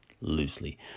loosely